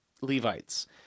Levites